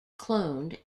cloned